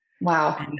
Wow